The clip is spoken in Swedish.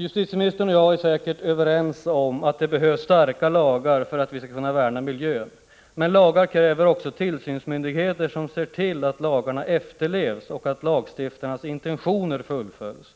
Justitieministern och jag är säkert överens om att det behövs starka lagar för att vi skall kunna värna om miljön. Men lagar kräver också tillsynsmyndigheter, som ser till att lagarna efterlevs och att lagstiftarnas intentioner fullföljs.